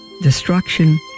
destruction